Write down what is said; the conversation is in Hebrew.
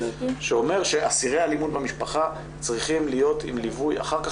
שאומר שאסירי אלמ"ב צריכים להיות עם ליווי אחר כך,